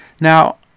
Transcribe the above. Now